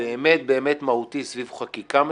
באמת מהותי סביב חקיקה מסוימת,